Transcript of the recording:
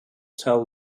tell